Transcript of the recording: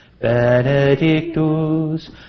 benedictus